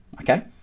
Okay